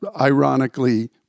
ironically